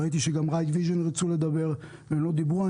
ראיתי שגם רייד ויז'ן רצו לדבר ולא דיברו.